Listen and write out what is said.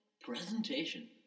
presentation